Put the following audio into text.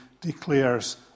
declares